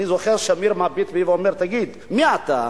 אני זוכר, שמיר מביט בי ואומר: תגיד, מי אתה?